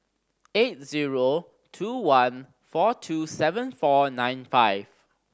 eight zero two one four two seven four nine five